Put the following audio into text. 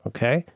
Okay